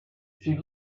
she